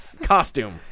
costume